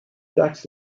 tax